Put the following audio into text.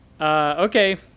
Okay